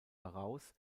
heraus